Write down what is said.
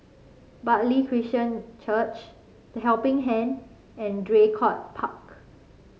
Bartley Christian Church The Helping Hand and Draycott Park